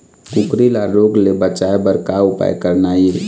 कुकरी ला रोग ले बचाए बर का उपाय करना ये?